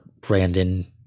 Brandon